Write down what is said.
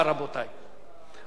אני חוזר על ההצבעה, רבותי.